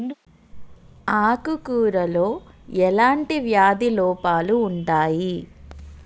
ఆకు కూరలో ఎలాంటి వ్యాధి లోపాలు ఉంటాయి?